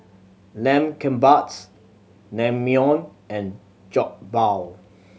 Lamb Kebabs Naengmyeon and Jokbal